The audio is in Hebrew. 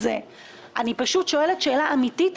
אני פשוט שואלת תזרימית אמיתית.